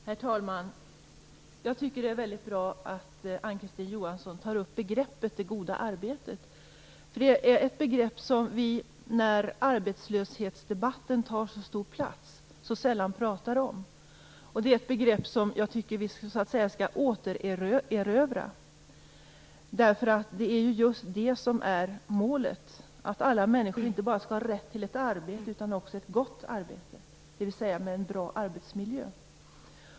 Herr talman! Jag tycker att det är bra att Ann Kristine Johansson tar upp begreppet det goda arbetet. Eftersom arbetslöshetsdebatten tar så stor plats är detta ett begrepp som vi så sällan talar om. Det är ett begrepp som jag tycker att vi skall återerövra, därför att det som just är målet är ju att alla människor inte bara skall ha rätt till ett arbete utan också ett gott arbete, dvs. med en bra arbetsmiljö.